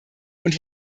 und